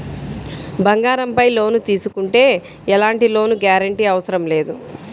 బంగారంపై లోను తీసుకుంటే ఎలాంటి లోను గ్యారంటీ అవసరం లేదు